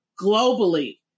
globally